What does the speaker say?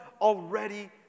already